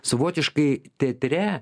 savotiškai teatre